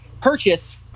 purchase